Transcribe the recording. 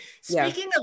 Speaking